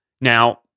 Now